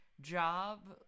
job